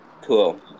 cool